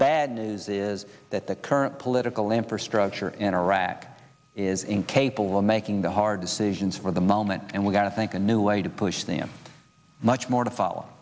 bad news is that the current political infrastructure anorak is incapable of making the hard decisions for the moment and we've got to think a new way to push them much more to foll